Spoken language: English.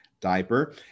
diaper